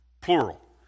plural